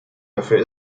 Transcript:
dafür